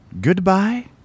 goodbye